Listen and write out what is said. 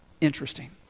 interesting